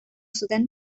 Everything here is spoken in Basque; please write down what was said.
zuten